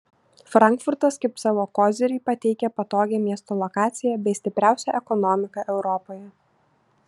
frankfurtas kaip savo kozirį pateikia patogią miesto lokaciją bei stipriausią ekonomiką europoje